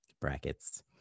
brackets